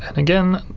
and again,